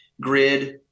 grid